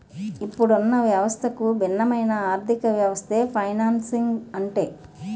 ఇప్పుడున్న వ్యవస్థకు భిన్నమైన ఆర్థికవ్యవస్థే ఫైనాన్సింగ్ అంటే